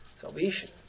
salvation